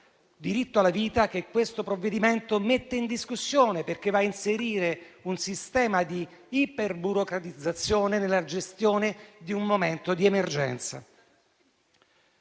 diritto alla vita che questo provvedimento mette in discussione perché va a inserire un sistema di iperburocratizzazione nella gestione di un momento di emergenza.